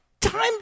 Time